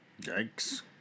Yikes